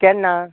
केन्ना